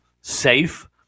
safe